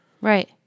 Right